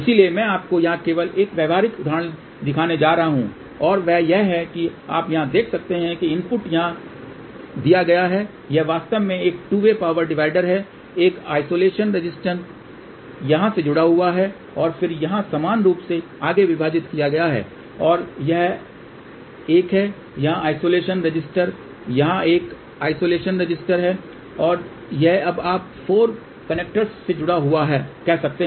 इसलिए मैं आपको यहां केवल एक व्यावहारिक उदाहरण दिखाने जा रहा हूं और वह यह है कि आप यहां देख सकते हैं इनपुट यहां दिया गया है यह वास्तव में एक 2 वे पावर डिवाइडर है एक आइसोलेशन रेसिस्टर यहां से जुड़ा हुआ है और फिर यहाँ समान रूप से आगे विभाजित किया गया है और एक है यहाँ आइसोलेशन रेसिस्टर यहाँ पर एक आइसोलेशन रेसिस्टर है और यह अब आप 4 कनेक्टर्स से जुड़ा हुआ कह सकते हैं